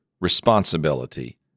responsibility